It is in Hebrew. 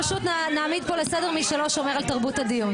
פשוט נעמיד פה לסדר מי שלא שומר פה על תרבות הדיון.